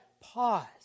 pause